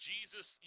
Jesus